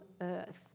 earth